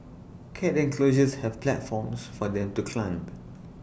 cat enclosures have platforms for them to climb